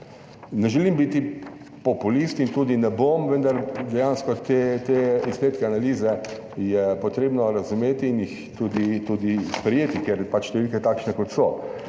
Ne želim biti populist in tudi ne bom, vendar dejansko te izsledke analize je potrebno razumeti in jih tudi sprejeti, ker pač številke takšne kot so.